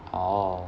orh